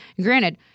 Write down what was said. Granted